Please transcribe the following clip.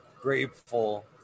grateful